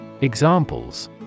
Examples